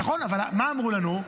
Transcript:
נכון אבל מה אמרו לנו?